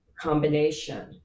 combination